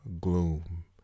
gloom